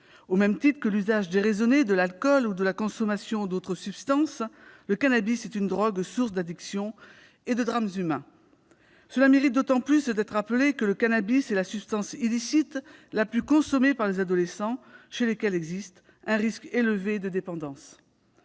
Au même titre que l'usage irraisonné de l'alcool ou de la consommation d'autres substances, le cannabis est une drogue, source d'addictions et de drames humains. Cela mérite d'autant plus d'être rappelé que le cannabis est la substance illicite la plus consommée par les adolescents, chez lesquels existe un risque élevé de dépendance.